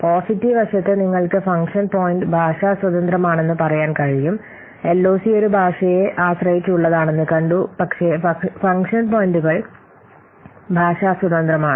positive വശത്ത് നിങ്ങൾക്ക് function point ഭാഷ സ്വതന്ത്രമാണെന്ന് പറയാൻ കഴിയും എൽഒസി ഒരു ഭാഷയെ ആശ്രയിച്ചുള്ളതാണെന്ന് കണ്ടു പക്ഷേ ഫംഗ്ഷൻ പോയിന്റുകൾ ഭാഷ സ്വതന്ത്രമാണ്